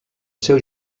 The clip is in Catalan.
seu